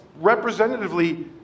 representatively